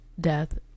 death